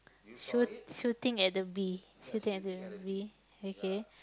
shoot shooting at the bee shooting at the bee okay